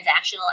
transactional